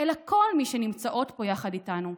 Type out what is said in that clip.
אלא כל מי שנמצאות פה יחד איתנו.